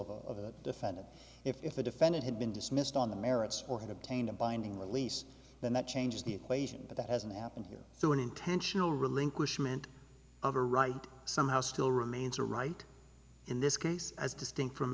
l of the defendant if the defendant had been dismissed on the merits or had obtained a binding release then that changes the equation but that hasn't happened here through an intentional relinquishment of a right somehow still remains a right in this case as distinct from